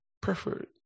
preferred